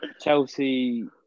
Chelsea